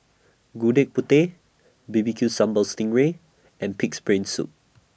Gudeg Putih B B Q Sambal Sting Ray and Pig'S Brain Soup